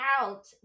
out